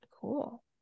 cool